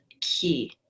key